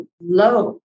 low